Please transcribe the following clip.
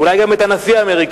ואולי גם את הנשיא האמריקני,